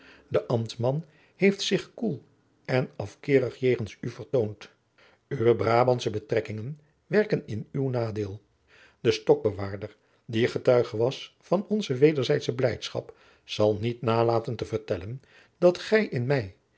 de ambtman heeft zich koel en afkeerig jegens u vertoond uwe brabantsche betrekkingen werken in uw nadeel de stokbewaarder die getuige was van onze wederzijdsche blijdschap zal niet nalaten te vertellen dat gij in mij